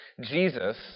Jesus